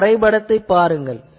இந்த வரைபடத்தைப் பாருங்கள்